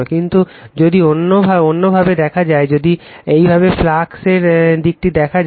কিন্তু যদি অন্যভাবে দেখা যায় যদি এইভাবে ফ্লাক্স এর দিকটি দেখা যায়